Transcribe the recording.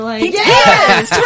Yes